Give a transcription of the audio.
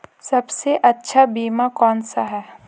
सबसे अच्छा बीमा कौनसा है?